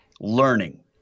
learning